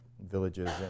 villages